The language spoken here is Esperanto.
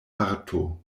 arto